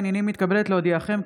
הינני מתכבדת להודיעכם,